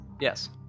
Yes